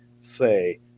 say